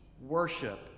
worship